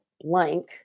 blank